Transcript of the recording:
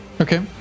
Okay